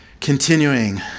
Continuing